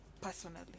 personally